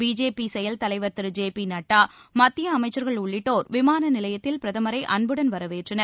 BJP செயல் தலைவர் திரு ஜே பி நட்டா மத்திய அமைச்சர்கள் உள்ளிட்டோர் விமான நிலையத்தில் பிரதமரை அன்புடன் வரவேற்றனர்